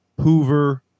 hoover